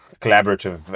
collaborative